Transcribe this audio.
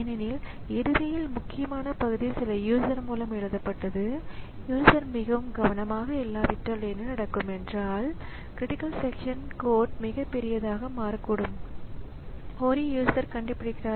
எனவே இது சில வழக்கங்களைக் கொண்டிருக்கும் இதன்மூலம் நீங்கள் ஆப்பரேட்டிங் ஸிஸ்டமைக் கொண்டிருக்கும் சேவையகத்தை நெட்வாெர்க்கின் வழியாக அணுக முடியும்